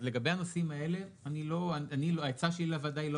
לגבי הנושאים האלה העצה שלי לוועדה היא לא